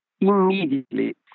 immediately